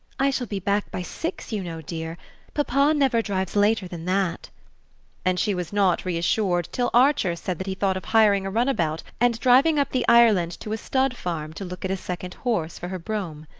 i shall be back by six, you know, dear papa never drives later than that and she was not reassured till archer said that he thought of hiring a run-about and driving up the island to a stud-farm to look at a second horse for her brougham.